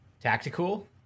tactical